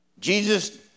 Jesus